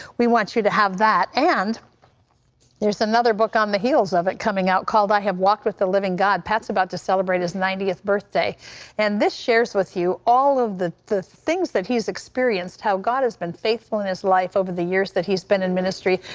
we want you to have that, and there's another book on the heels of it coming out, called i have walked with the living god, pat is about to celebrate his ninetieth birthday and this year's with you all of the the things that he has experienced, how god has been faithful in his life over the years that he's been in ministry,